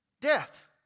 Death